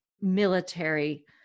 military